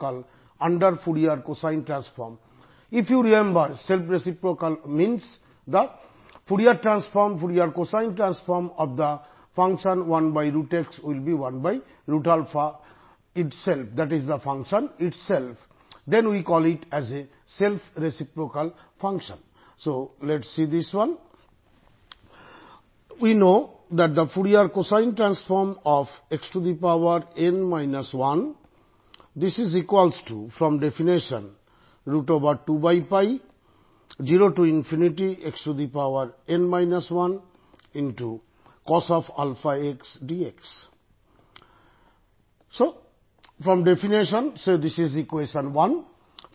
முதலில் xn 1 Fourier cosine டிரான்ஸ்ஃபார்மை கண்டுபிடித்து பிறகு அதிலிருந்து 1x என்கிற ஃபங்க்ஷன் என்பதை காண்பிக்க போகிறோம்